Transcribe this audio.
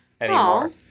anymore